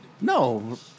no